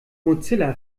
mozilla